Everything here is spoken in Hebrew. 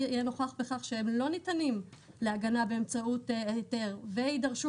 אני מסכימה אתכם שאנחנו משנים את שער הכניסה הראשי וצריכים לחזור